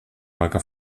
baca